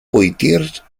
poitiers